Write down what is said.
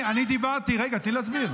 רגע, תני להסביר.